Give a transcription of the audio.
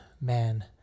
man